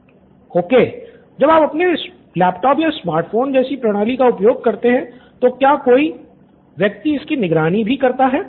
student 1 okay जब आप अपने लैपटॉप या स्मार्ट फोन जैसी प्रणाली का उपयोग करते हैं तो क्या कोई व्यक्ति इसकी निगरानी भी है करता है